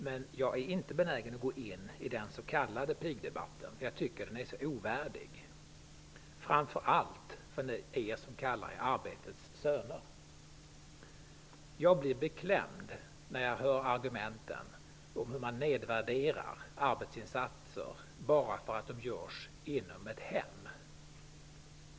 Men jag är inte benägen att gå in i den s.k. pigdebatten, därför att jag tycker att den är så ovärdig, framför allt för er som kallar er arbetets söner. Jag blir beklämd när jag hör hur man nedvärderar arbetsinsatser bara för att de utförs inom ett hem.